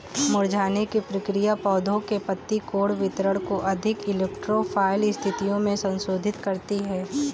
मुरझाने की प्रक्रिया पौधे के पत्ती कोण वितरण को अधिक इलेक्ट्रो फाइल स्थितियो में संशोधित करती है